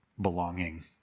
belonging